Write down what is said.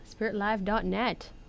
SpiritLive.net